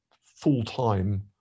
full-time